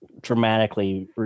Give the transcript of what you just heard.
dramatically